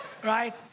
Right